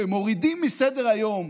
ומורידים מסדר-היום